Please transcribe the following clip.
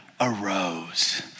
arose